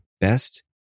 best